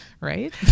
Right